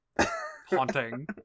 Haunting